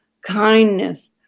kindness